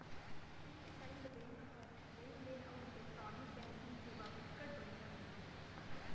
IndusInd bank ह लेन देन अउ इलेक्टानिक बैंकिंग सेवा बिकट बड़िहा देथे